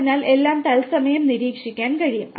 അതിനാൽ എല്ലാം തത്സമയം നിരീക്ഷിക്കാൻ കഴിയും